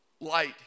light